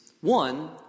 One